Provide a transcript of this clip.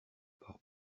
par